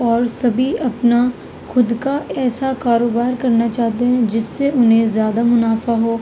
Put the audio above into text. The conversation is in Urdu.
اور سبھی اپنا خود کا ایسا کاروبار کرنا چاہتے ہیں جس سے انہیں زیادہ منافع ہو